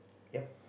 ya